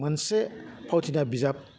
मोनसे फावथिना बिजाब